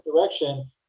direction